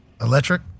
Electric